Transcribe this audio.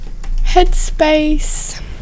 headspace